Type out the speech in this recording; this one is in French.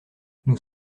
nous